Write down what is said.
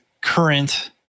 current